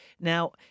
Now